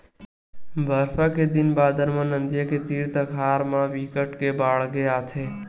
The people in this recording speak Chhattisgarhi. बरसा के दिन बादर म नदियां के तीर तखार मन म बिकट के बाड़गे आथे